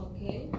Okay